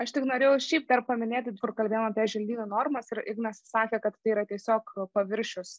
aš tik norėjau šiaip dar paminėti kur kalbėjom apie želdynų normas ir ignas sakė kad tai yra tiesiog paviršius